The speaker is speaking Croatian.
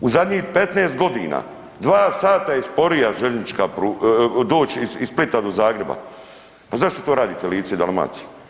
U zadnjih 15.g. dva sata je sporija željeznička, doć iz Splita do Zagreba, pa zašto to radite Lici i Dalmaciji?